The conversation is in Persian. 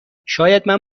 شایدم